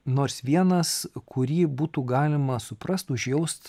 nors vienas kurį būtų galima suprast užjaust